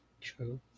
True